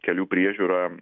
kelių priežiūra